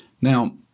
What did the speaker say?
Now